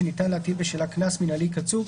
שניתן להטיל בשלה קנס מינהלי קצוב,